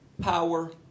power